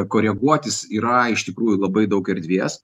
koreguotis yra iš tikrųjų labai daug erdvės